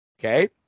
Okay